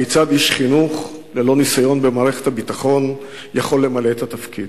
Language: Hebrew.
כיצד איש חינוך ללא ניסיון במערכת הביטחון יכול למלא את התפקיד,